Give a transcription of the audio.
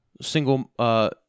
single